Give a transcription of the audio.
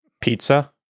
pizza